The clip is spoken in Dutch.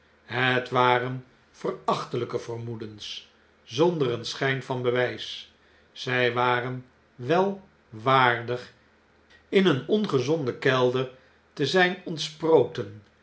het waren verachtelyke vermoedens zonder een schyn van bewys zy waren wel waardig in een ongezonden kelder te zyn